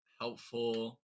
helpful